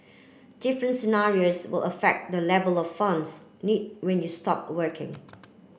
different scenarios will affect the level of funds need when you stop working